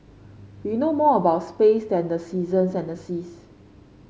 we know more about space than the seasons and the seas